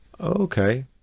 Okay